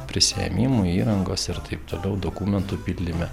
prisiėmimui įrangos ir taip toliau dokumentų pildyme